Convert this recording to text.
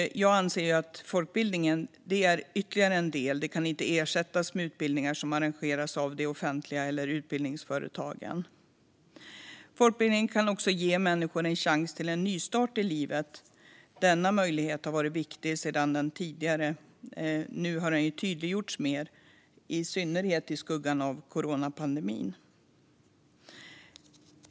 Jag anser att folkbildningen är ytterligare en del, och den kan inte ersättas med utbildningar som arrangeras av det offentliga eller av utbildningsföretagen. Folkbildningen kan också ge människor en chans till en nystart i livet. Denna möjlighet har varit viktig sedan tidigare. Nu har den tydliggjorts mer, i synnerhet i skuggan av coronapandemin.